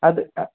അത് ആ